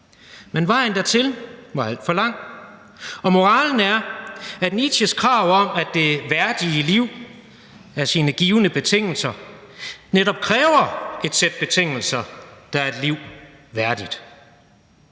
Men vejen dertil var alt for lang, og moralen er, at Nietzsches krav om det værdige liv på sine givne betingelser netop kræver et sæt betingelser, der er et liv værdigt.